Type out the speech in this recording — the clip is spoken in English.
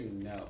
no